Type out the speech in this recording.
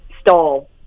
Stole